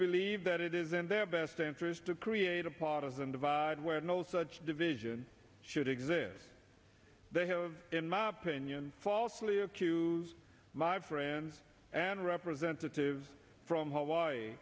believe that it is in their best interest to create a partisan divide where no such division should exist they have in my opinion falsely accused my friend and representative from hawaii